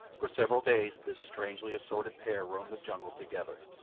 for several days this strangely assorted pair roamed the jungle together.